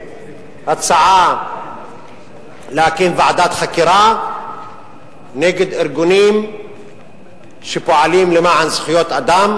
הצעה להקים ועדת חקירה נגד ארגונים שפועלים למען זכויות אדם,